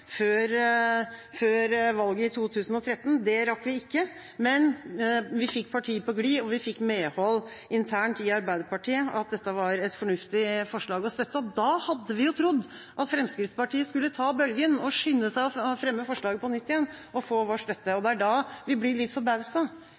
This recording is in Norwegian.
før valget i 2013. Det rakk vi ikke, men vi fikk partiet på gli, og vi fikk medhold internt i Arbeiderpartiet i at dette var et fornuftig forslag å støtte. Da hadde vi trodd at Fremskrittspartiet skulle ta bølgen, skynde seg å fremme forslaget på nytt igjen og få vår støtte.